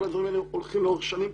כל הדברים האלה הולכים לאורך שנים,